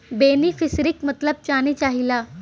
बेनिफिसरीक मतलब जाने चाहीला?